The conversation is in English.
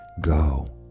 go